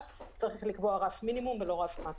צריך לקבוע רף מינימום ולא רף מקסימום.